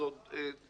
זה עוד תקוע.